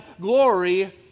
glory